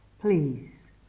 Please